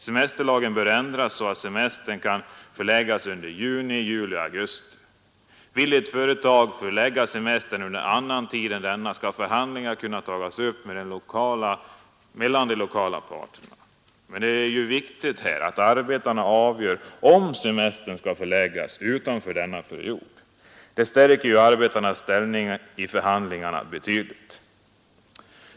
Semesterlagen bör ändras så att semestern kan förläggas under juni, juli och augusti. Vill ett företag förlägga semestern under annan tid än denna skall förhandlingar kunna tas upp mellan de lokala parterna. Men det är viktigt att arbetarna här får avgöra om semestern skall förläggas utanför denna period. Detta stärker arbetarnas ställning betydligt vid förhandlingarna.